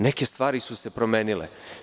Neke stvari su se promenile.